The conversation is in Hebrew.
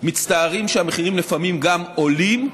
ומצטערים שהמחירים לפעמים גן עולים.